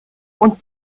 und